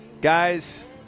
Guys